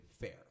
Fair